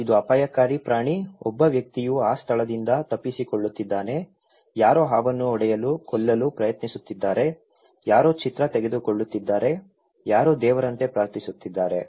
ಇದು ಅಪಾಯಕಾರಿ ಪ್ರಾಣಿ ಒಬ್ಬ ವ್ಯಕ್ತಿಯು ಆ ಸ್ಥಳದಿಂದ ತಪ್ಪಿಸಿಕೊಳ್ಳುತ್ತಿದ್ದಾನೆ ಯಾರೋ ಹಾವನ್ನು ಹೊಡೆಯಲು ಕೊಲ್ಲಲು ಪ್ರಯತ್ನಿಸುತ್ತಿದ್ದಾರೆ ಯಾರೋ ಚಿತ್ರ ತೆಗೆದುಕೊಳ್ಳುತ್ತಿದ್ದಾರೆ ಯಾರೋ ದೇವರಂತೆ ಪ್ರಾರ್ಥಿಸುತ್ತಿದ್ದಾರೆ